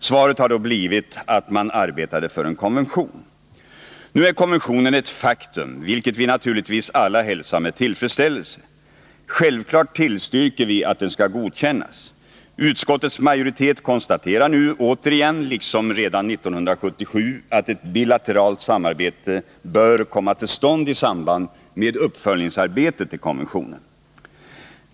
Svaret har då blivit att man arbetade för en konvention. Nu är konventionen ett faktum, vilket vi naturligtvis alla hälsar med tillfredsställelse. Självklart tillstyrker vi att den skall godkännas. Utskottets majoritet konstaterar nu återigen, liksom redan 1977, att ett bilateralt samarbete bör komma till stånd i samband med uppföljningsarbetet till konventionen.